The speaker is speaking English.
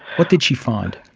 what did she find?